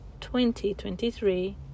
2023